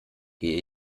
gehe